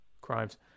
crimes